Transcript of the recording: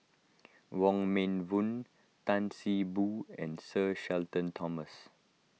Wong Meng Voon Tan See Boo and Sir Shenton Thomas